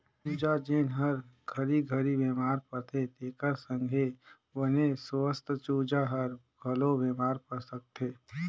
चूजा जेन हर घरी घरी बेमार परथे तेखर संघे बने सुवस्थ चूजा हर घलो बेमार पर सकथे